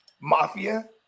mafia